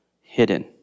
hidden